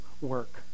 work